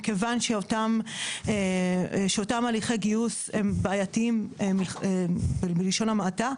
מכיוון שאותם הליכי גיוס הם בעייתיים בלשון המעטה.